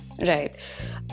Right